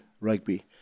rugby